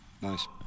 Nice